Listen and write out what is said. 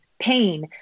pain